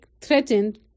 threatened